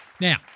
Now